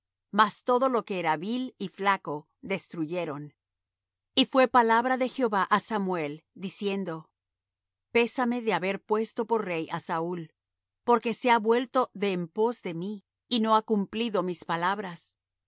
mas todo lo que era vil y flaco destruyeron y fué palabra de jehová á samuel diciendo pésame de haber puesto por rey á saúl porque se ha vuelto de en pos de mí y no ha cumplido mis palabras